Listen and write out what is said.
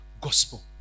gospel